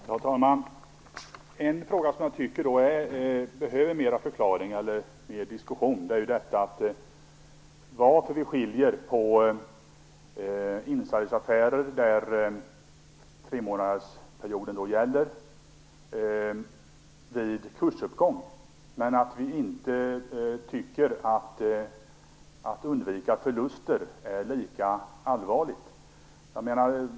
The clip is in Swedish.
Herr talman! En fråga som jag tycker behöver förklaras och diskuteras mer handlar om det här med insideraffärer där tremånadersperioden gäller vid kursuppgång. Varför tycker vi inte att är det lika allvarligt att undvika förluster?